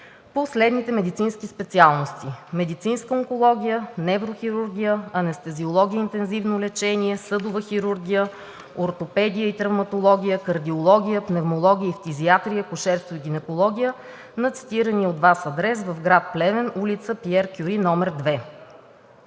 по следните медицински специалности: медицинска онкология, неврохирургия, анестезиология и интензивно лечение, съдова хирургия, ортопедия и травматология, кардиология, пневмология и фтизиатрия, акушерство и гинекология, на цитирания от Вас адрес в град Плевен, ул. „Пиер Кюри“ № 2.